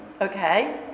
okay